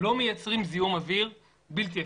לא מייצרים זיהום אוויר בלתי אפשרי.